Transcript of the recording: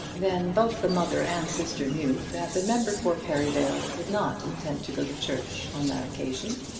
then both the mother and sister knew that the member for perivale did not intend to go to church on that occasion.